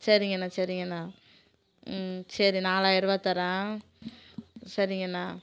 சரிங்கண்ணா சரிங்கண்ணா சரி நாலாயிரூவா தரேன் சரிங்க அண்ணா